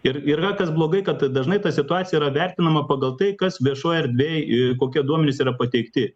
ir yra kas blogai kad dažnai ta situacija yra vertinama pagal tai kas viešoj erdvėj i kokie duomenys yra pateikti